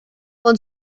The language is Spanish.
con